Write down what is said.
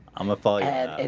i'ma fall yeah.